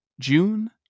june